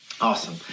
Awesome